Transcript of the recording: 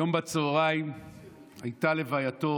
היום בצוהריים הייתה לווייתו